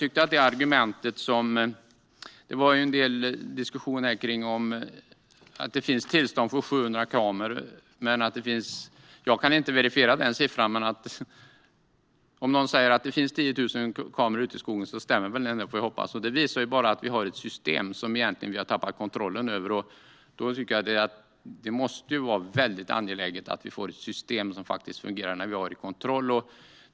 Det diskuterades kring att det finns tillstånd för 700 kameror. Jag kan inte verifiera den siffran, men om någon säger att det finns 10 000 kameror ute i skogen får jag väl hoppas att det stämmer. Det visar att vi har ett system som vi har tappat kontrollen över. Det måste vara angeläget att vi får ett system som faktiskt fungerar och som vi har kontroll över.